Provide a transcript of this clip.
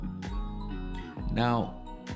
Now